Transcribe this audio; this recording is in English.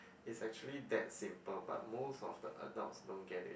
it's actually that simple but most of the adults don't get it